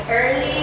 early